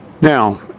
Now